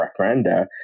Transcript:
referenda